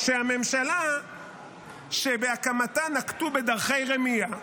שהממשלה שבהקמתה נקטו בדרכי רמייה --- טלי,